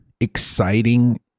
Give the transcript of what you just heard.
exciting